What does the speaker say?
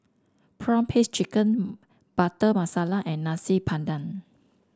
prawn paste chicken Butter Masala and Nasi Padang